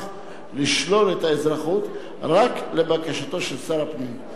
לשלול את האזרחות רק לבקשתו של שר הפנים,